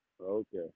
Okay